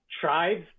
tribes